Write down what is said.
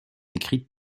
écrites